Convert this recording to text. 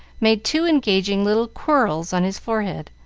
made two engaging little quirls on his forehead.